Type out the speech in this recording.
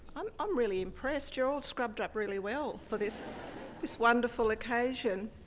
um i'm really impressed. you're all scrubbed up really well for this this wonderful occasion.